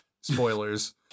Spoilers